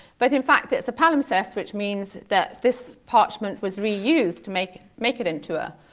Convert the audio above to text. but in fact it's a palimpsest, which means that this parchment was reused to make it make it into ah